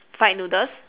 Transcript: fried noodles